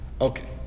Okay